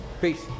peace